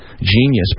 genius